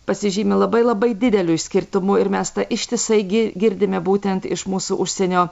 pasižymi labai labai dideliu išskirtumu ir mes tą ištisai gi girdime būtent iš mūsų užsienio